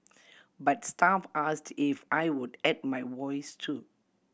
but staff asked if I would add my voice too